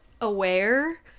aware